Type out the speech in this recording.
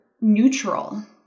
neutral